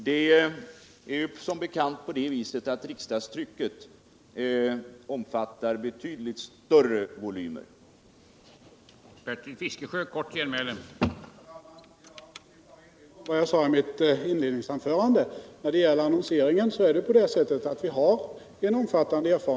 Det är som bekant så att riksdagstrycket omfattar betydligt större volymer. heten Riksdagsinforma